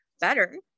better